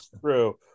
true